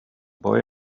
boy